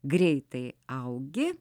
greitai augi